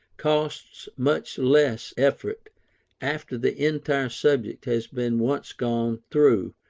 costs much less effort after the entire subject has been once gone through,